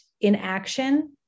inaction